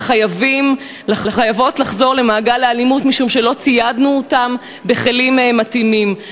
אך חייבות לחזור למעגל האלימות משום שלא ציידנו אותן בכלים מתאימים.